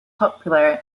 popular